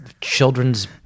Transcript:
children's